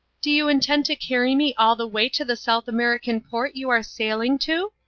do you intend to carry me all the way to the south american port you are sailing to?